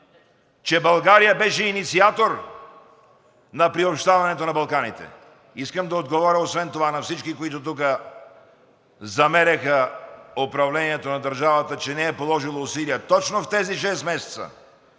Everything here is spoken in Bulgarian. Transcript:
Че България беше инициатор на приобщаването на Балканите. Искам да отговоря освен това на всички, които тук замеряха управлението на държавата, че не е положило усилия. Точно в тези шест месеца